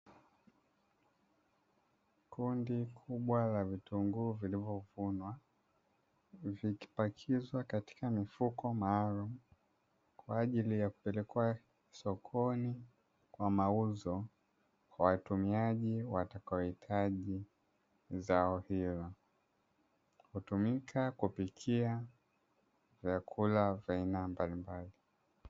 Kundi kubwa la vitunguu vilivyovunwa vikipakizwa katika mifuko maalumu kwa ajili ya kupelekwa sokoni kwa mauzo, kwa watumiaji watakaohitaji zao hilo, hutumika kupikia vyakula vya aina mbalimbali.